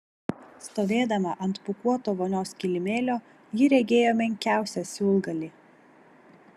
stovėdama ant pūkuoto vonios kilimėlio ji regėjo menkiausią siūlgalį